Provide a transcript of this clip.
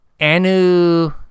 Anu